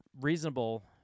reasonable